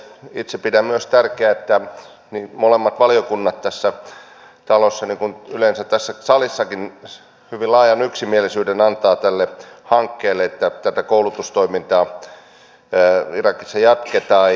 itse pidän myös tärkeänä että molemmat valiokunnat tässä talossa niin kuin yleensä tässä salissakin antavat hyvin laajan yksimielisyyden tälle hankkeelle että tätä koulutustoimintaa irakissa jatketaan